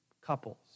couples